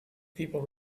people